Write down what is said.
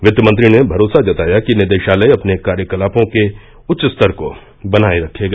वित्त मंत्री ने भरोसा जताया की निदेशालय अपने कार्यकलापों के उच्च स्तर को बनाये रखेगा